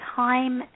time